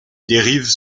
dérives